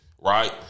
right